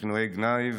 בכינויי גנאי,